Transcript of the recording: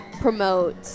promote